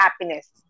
happiness